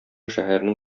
шәһәрнең